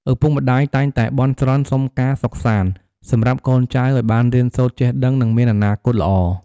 ឪពុកម្ដាយតែងតែបន់ស្រន់សុំការសុខសាន្ត សម្រាប់កូនចៅឱ្យបានរៀនសូត្រចេះដឹង និងមានអនាគតល្អ។